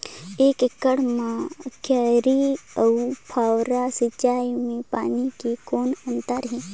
एक एकड़ म क्यारी अउ फव्वारा सिंचाई मे पानी के कौन अंतर हे?